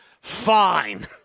Fine